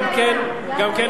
גם כן לפרוטוקול.